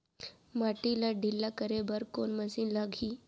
माटी ला ढिल्ला करे बर कोन मशीन लागही?